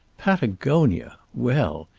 patagonia well!